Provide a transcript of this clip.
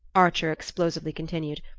archer explosively continued,